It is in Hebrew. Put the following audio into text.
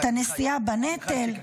את הנשיאה בנטל --- עמיחי,